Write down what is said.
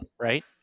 right